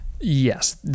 Yes